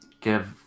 give